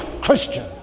Christian